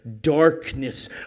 darkness